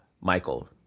Michael